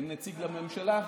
אין נציג לממשלה?